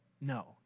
no